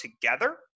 together